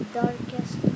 darkest